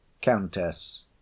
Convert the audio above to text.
Countess